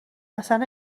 اصلن